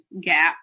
gap